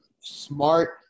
smart